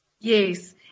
Yes